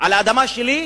על האדמה שלי,